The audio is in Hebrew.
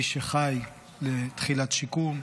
מי שחי לתחילת שיקום,